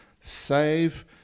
save